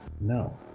no